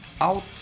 out